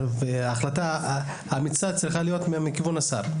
וההחלטה האמיצה צריכה להיות מכיוון השר.